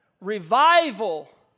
revival